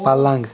پَلنگ